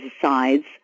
sides